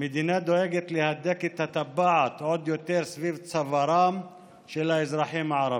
המדינה דואגת להדק את הטבעת עוד יותר סביב צווארם של האזרחים הערבים.